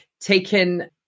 taken